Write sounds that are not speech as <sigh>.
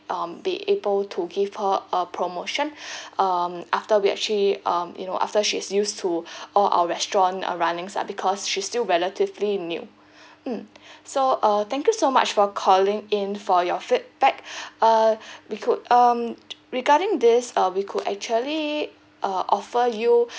um be able to give her a promotion <breath> um after we actually um you know after she's used to <breath> all our restaurant uh runnings lah because she's still relatively new <breath> mm so uh thank you so much for calling in for your feedback <breath> uh we could um regarding this uh we could actually uh offer you